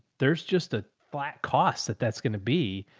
there's just a flat cost that that's going to be.